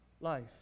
life